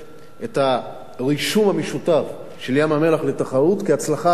את הרישום המשותף של ים-המלח לתחרות כהצלחה אדירה